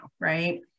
right